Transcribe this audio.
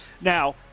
now